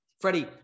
Freddie